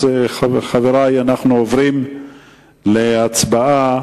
חברי, אנחנו עוברים להצבעה.